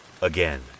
Again